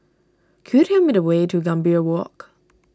could you tell me the way to Gambir Walk